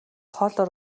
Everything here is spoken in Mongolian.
хоолой